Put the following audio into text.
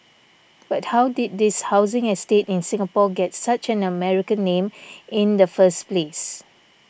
but how did this housing estate in Singapore get such an American name in the first place